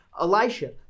Elisha